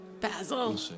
Basil